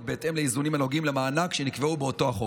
בהתאם לאיזונים הנוגעים למענק שנקבע באותו חוק.